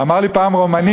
אמר לי פעם רומני